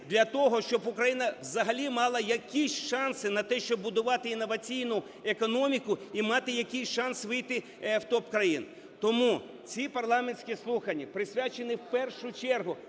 для того, щоб Україна взагалі мала якісь шанси на те, щоб будувати інноваційну економіку і мати якийсь шанс вийти в топ-країн. Тому ці парламентські слухання присвячені в першу чергу…